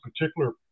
particular